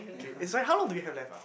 kid is like how long do you have left ah